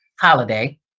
holiday